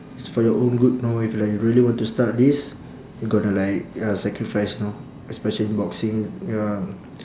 it's for your own good know if like really want to start this you gonna like ya sacrifice know especially in boxing ya